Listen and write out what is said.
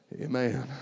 Amen